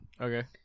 Okay